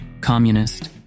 Communist